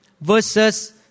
verses